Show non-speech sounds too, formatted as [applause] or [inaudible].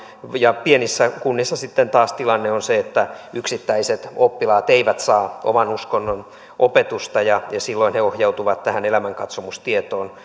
pienissä kunnissa sitten taas tilanne on se että yksittäiset oppilaat eivät saa oman uskonnon opetusta ja silloin he ohjautuvat tähän elämänkatsomustietoon [unintelligible]